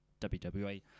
WWE